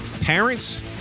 parents